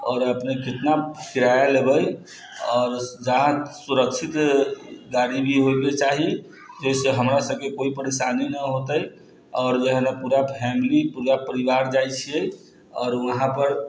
आओर अपने कितना किराआ लेबै आओर जहाँ सुरक्षित गाड़ी भी होएके चाही जाहिसँ हमरा सभकेँ कोइ परेशानी नहि होतै आओर जे हम पूरा फैमिली पूरा परिवार जाइत छिऐ आओर वहाँ पर